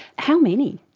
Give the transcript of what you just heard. how many?